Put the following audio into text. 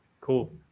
Cool